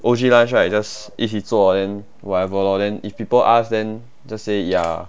O_G lunch right just 一起坐 then whatever lor then if people ask then just say ya